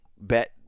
bet